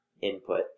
input